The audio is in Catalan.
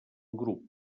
grup